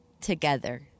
together